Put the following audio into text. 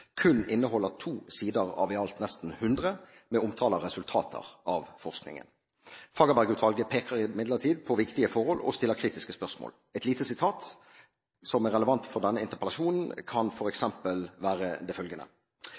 kun inneholder to sider av i alt nesten 100 med omtale av resultater av forskningen. Fagerberg-utvalget peker imidlertid på viktige forhold og stiller kritiske spørsmål. Et lite sitat som er relevant for denne interpellasjonen, kan f.eks. være følgende: «Næringslivets bruk av det